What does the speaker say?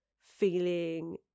feeling